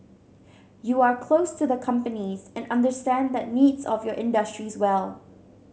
you are close to the companies and understand the needs of your industries well